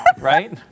right